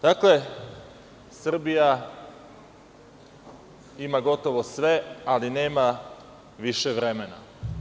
Dakle, Srbija ima gotovo sve, ali nema više vremena.